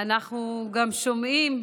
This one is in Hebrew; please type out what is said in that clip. אנחנו גם שומעים